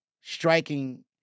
Striking